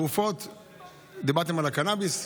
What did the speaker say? דיברתם על הקנביס.